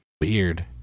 Weird